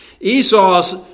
Esau's